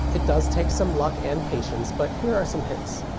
it does take some luck and patience, but here are some hints.